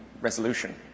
resolution